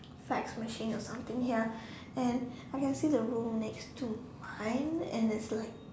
fax machine or something here and I can see the room next to mine and it's like